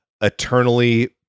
eternally